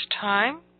time